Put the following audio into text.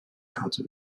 karte